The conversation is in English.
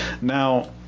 Now